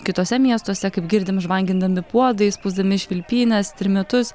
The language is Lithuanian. kituose miestuose kaip girdim žvangindami puodais pūsdami švilpynes trimitus